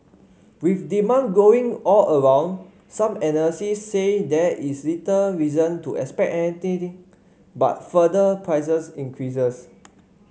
with demand growing all around some analysis say there is little reason to expect anything but further prices increases